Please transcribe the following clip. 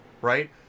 right